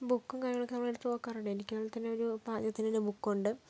ബുക്കും കാര്യങ്ങളൊക്കെ നമ്മളെടുത്ത് നോക്കാറുണ്ട് എനിക്കത് പോലെ തന്നെ ഒരു പാചകത്തിനൊരു ബുക്കൊണ്ട്